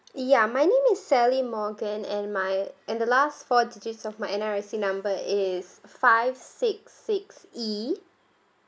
ya my name is sally morgan and my and the last four digits of my N_R_I_C number is five six six E